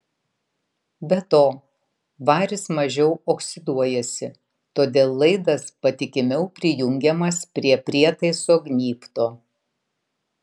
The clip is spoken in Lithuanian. be to varis mažiau oksiduojasi todėl laidas patikimiau prijungiamas prie prietaiso gnybto